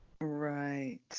right